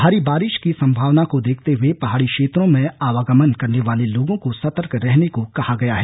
भारी बारिश की संभावना को देखते हुए पहाड़ी क्षेत्रों में आवागमन करने वाले लोगों को सतर्क रहने को कहा गया है